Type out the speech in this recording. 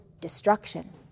destruction